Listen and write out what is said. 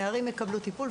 הנערים יקבלו טיפול,